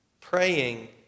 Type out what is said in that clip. praying